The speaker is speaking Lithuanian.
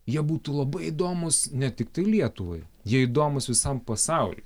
jie būtų labai įdomūs ne tiktai lietuvai jie įdomūs visam pasauliui